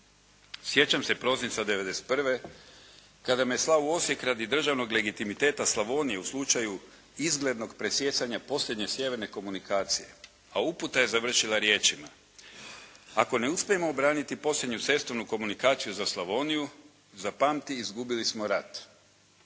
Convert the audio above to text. Sjećam se prosinca '91. kada me slao u Osijek radi državnog legitimiteta Slavonije u slučaju izglednog presijecanja posljednje sjeverne komunikacije, a uputa je završila riječima: "Ako ne uspijemo obraniti posljednju cestovnu komunikaciju za Slavoniju, zapamti izgubili smo rat.